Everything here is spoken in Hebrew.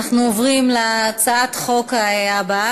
התוצאות: בעד,